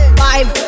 five